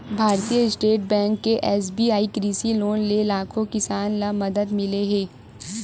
भारतीय state bank के SBI कृषि लोन ले लाखो किसान ल मदद मिले हे